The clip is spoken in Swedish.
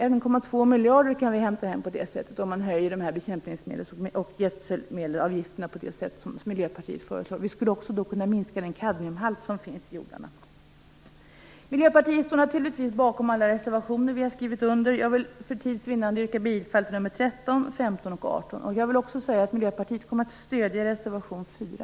Man kan hämta hem 1,2 miljarder om man höjer bekämpningsmedelavgifterna och gödselmedelavgifterna på det sätt som Miljöpartiet föreslår. Då skulle man också kunna minska kadmiumhalten i jordarna. Miljöpartiet står naturligtvis bakom alla reservationer vi har skrivit under. Jag vill för tids vinnande yrka bifall till reservationerna nr 13, 15 och 18. Jag vill också säga att Miljöpartiet kommer att stödja reservation nr 4.